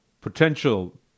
potential